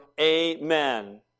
Amen